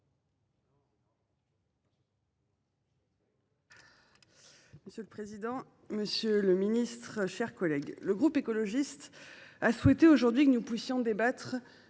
Monsieur le président, monsieur le ministre, mes chers collègues, le groupe écologiste a souhaité que nous puissions débattre